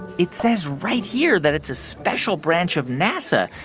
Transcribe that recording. it says right here that it's a special branch of nasa,